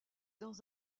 dans